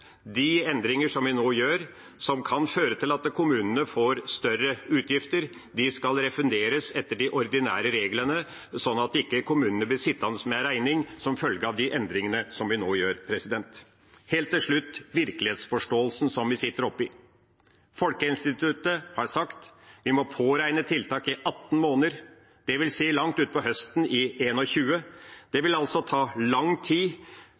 de endringene vi nå gjør, kan føre til at kommunene får større utgifter. De skal refunderes etter de ordinære reglene, sånn at kommunene ikke blir sittende med en regning som følge av de endringene vi nå gjør. Til slutt om virkelighetsforståelsen: Folkehelseinstituttet har sagt at vi må påregne tiltak i 18 måneder, dvs. langt ut på høsten i 2021. Det vil altså ta lang tid